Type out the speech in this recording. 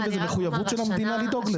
וזו מחויבות של המדינה לדאוג לזה.